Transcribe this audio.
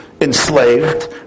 enslaved